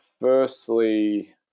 firstly